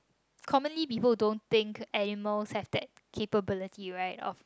commonly people don't think animals have that capability right of